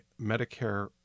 Medicare